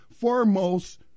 foremost